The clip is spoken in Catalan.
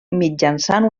mitjançant